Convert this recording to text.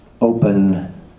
open